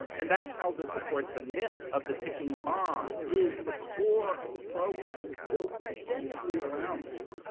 and that tells us, of course, the myth of the ticking bomb is the core of the program. it's built completely around that.